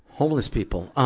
homeless people.